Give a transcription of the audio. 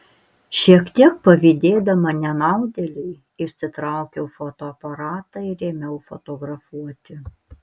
šiek tiek pavydėdama nenaudėlei išsitraukiau fotoaparatą ir ėmiau fotografuoti